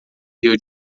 rio